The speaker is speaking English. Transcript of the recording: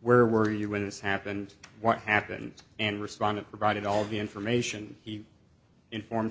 where were you when this happened what happened and respondent provided all the information he informed